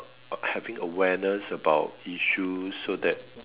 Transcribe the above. uh having awareness about issues so that